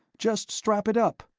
just strap it up.